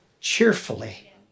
cheerfully